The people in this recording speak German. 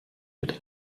mit